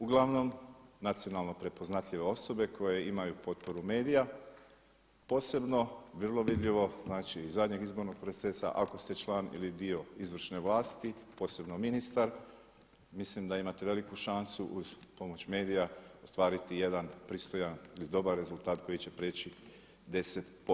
Uglavnom nacionalno prepoznatljive osobe koje imaju potporu medija posebno vrlo vidljivo znači iz zadnjeg izbornog procesa ako ste član ili dio izvršne vlasti, posebno ministar, mislim da imate veliku šansu uz pomoć medija ostvariti jedan pristojan ili dobar rezultat koji će prijeći 10%